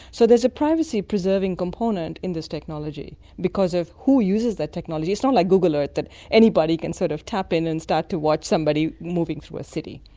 so there's a privacy preserving component in this technology because of who uses that technology. it's not like google earth that anybody can sort of tap in and start to watch somebody moving through a city.